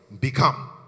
Become